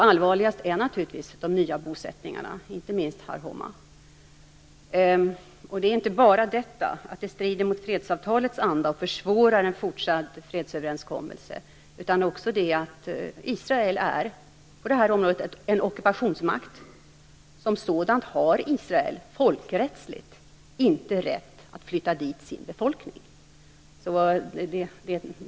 Allvarligast är naturligtvis de nya bosättningarna, inte minst Har Homa. Problemet är inte bara att detta strider mot fredsavtalets anda och försvårar en fortsatt fredsöverenskommelse utan också att Israel är en ockupationsmakt på det här området. Som sådan har Israel folkrättsligt inte rätt att flytta dit sin befolkning.